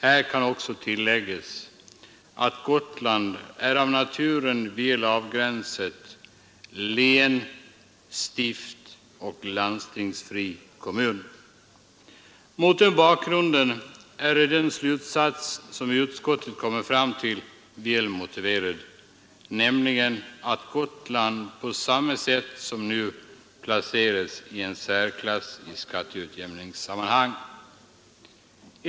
Här kan också tilläggas att Gotland av naturen är väl avgränsat — ett län, ett stift och en landstingsfri kommun. Mot den bakgrunden är den slutsats som utskottet kommer fram till väl motiverad, nämligen att Gotland på samma sätt som nu placeras i en särklass i skatteutjämningssammanhang.